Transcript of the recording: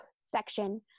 section